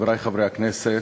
חברי חברי הכנסת,